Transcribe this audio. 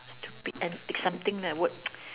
stupid antics something that would